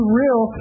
real